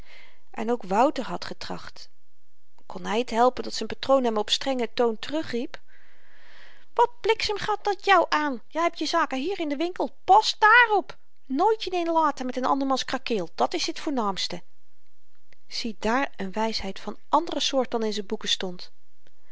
en ook wouter had getracht kon hy t helpen dat z'n patroon hem op strengen toon terugriep wat bliksem gaat dat jou aan jy heb je zaken hier in den winkel pas dààrop nooit je n inlaten met n andermans krakeel dat's t voornaamste ziedaar n wysheid van àndere soort dan in z'n boeken stond